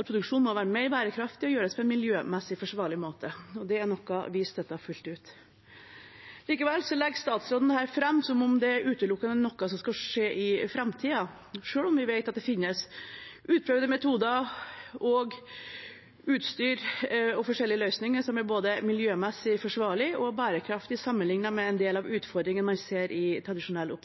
at produksjonen må være mer bærekraftig og gjøres på en miljømessig forsvarlig måte, og det er noe vi støtter fullt ut. Likevel legger statsråden dette fram som om det utelukkende er noe som skal skje i framtiden, selv om vi vet at det finnes utprøvde metoder og utstyr og forskjellige løsninger som er både miljømessig forsvarlig og bærekraftig, sammenlignet med en del av utfordringene man ser i tradisjonell